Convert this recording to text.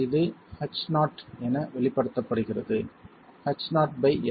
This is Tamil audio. இது H நாட் என வெளிப்படுத்தப்படுகிறது H நாட் பை l